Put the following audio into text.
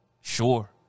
sure